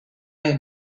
est